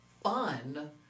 fun